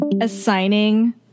assigning